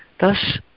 thus